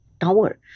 tower